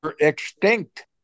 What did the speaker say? extinct